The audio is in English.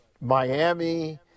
Miami